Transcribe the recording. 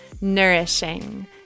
nourishing